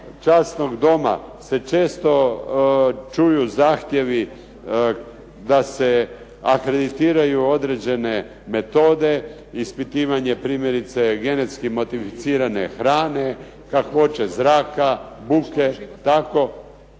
časnog Doma se često čuju zahtjevi da se akreditiraju određene metode, ispitivanje primjerice genetski modificirane hrane, kakvoće zraka, buke itd.